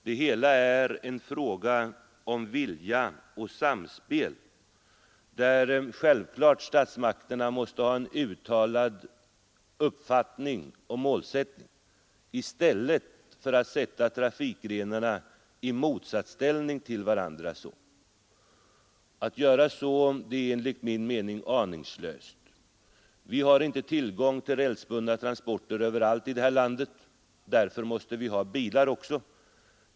Det hela är en fråga om vilja och samspel, där självfallet statsmakterna måste ha en uttalad uppfattning och målsättning — i stället för att sätta trafikgrenarna i motsatsställning till varandra. Att göra så är enligt min mening - Vi har inte tillgång till rälsbundna transporter överallt i landet, och därför måste vi ha bilar också.